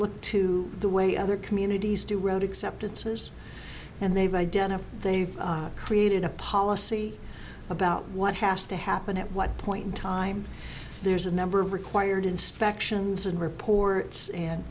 look to the way other communities do read except it says and they've identified they've created a policy about what has to happen at what point in time there's a number of required inspections and reports and